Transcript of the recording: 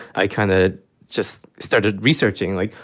i kind of just started researching, like,